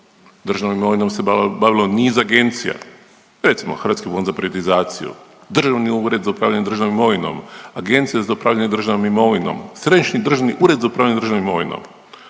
Državnom imovinom se bavilo niz agencija. Recimo Hrvatski fond za privatizaciju, Državni ured za upravljanje državnom imovinom, Agencija za upravljanje državnom imovinom, Središnji državni ured za upravljanje državnom imovinom